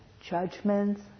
judgments